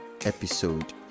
episode